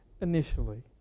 initially